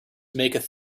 maketh